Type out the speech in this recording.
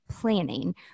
planning